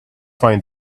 find